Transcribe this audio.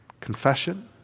Confession